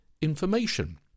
information